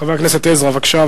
חבר הכנסת גדעון עזרא, בבקשה.